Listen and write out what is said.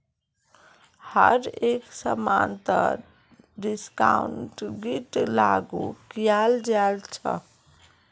हर एक समानत डिस्काउंटिंगक लागू कियाल जा छ